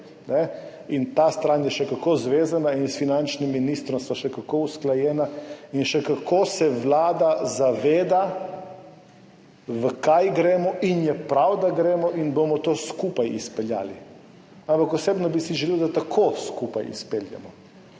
In ta stran je še kako zvezana in s finančnim ministrom sva še kako usklajena in še kako se vlada zaveda, v kaj gremo, in je prav, da gremo, in bomo to skupaj izpeljali. Ampak osebno bi si želel, da tako / pokaže